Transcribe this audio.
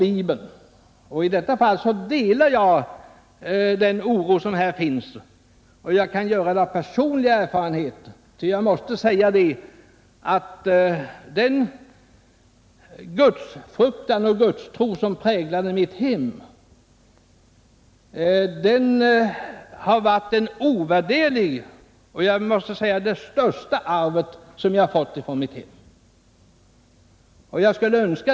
I detta fall delar jag den oro som råder, och jag gör det av personliga erfarenheter, ty den gudsfruktan och gudstro som präglade mitt hem är ett ovärderligt arv, ja det största arvet som jag fått från mitt hem.